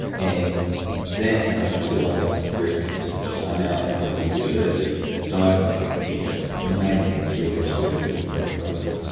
and that and i think two other breast cancer signatures are now in clinical use. so there's actually a diagnostic test, mainly in the us where medical insurance covers this,